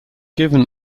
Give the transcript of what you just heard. given